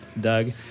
Doug